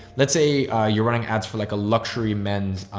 let's say you're running ads for like a luxury men's,